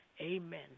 Amen